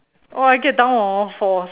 oh I get down on all fours